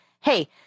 Hey